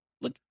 look